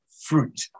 fruit